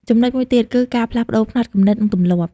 ចំណុចមួយទៀតគឺ ការផ្លាស់ប្តូរផ្នត់គំនិត និងទម្លាប់។